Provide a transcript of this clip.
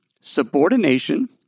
subordination